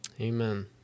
Amen